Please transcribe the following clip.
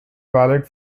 valid